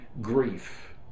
grief